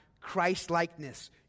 Christ-likeness